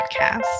Podcast